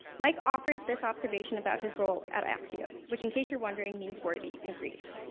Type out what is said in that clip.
mike offered this observation about his role at axios, which, in case you're wondering, means worthy in greek.